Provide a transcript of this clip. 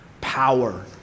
power